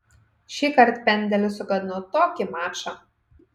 šįkart pendelis sugadino tokį mačą